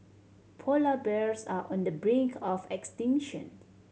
polar bears are on the brink of extinction